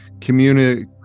community